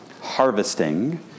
harvesting